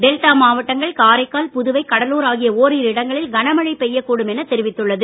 delta மாவட்டங்கள் காரைக்கால் புதுவை கடலூர் ஆகிய ஓரிரு இடங்களில் கனமழை பெய்யக்கூடும் என தெரிவித்துள்ளது